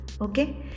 Okay